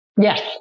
Yes